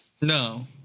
No